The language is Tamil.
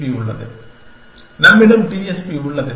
பி போன்றது நம்மிடம் உள்ளது